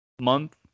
month